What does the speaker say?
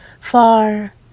Far